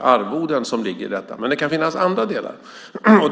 arvoden. Men det kan finnas andra delar.